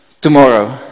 tomorrow